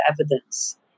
evidence